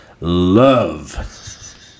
Love